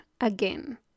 again